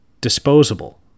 disposable